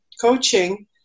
coaching